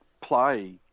play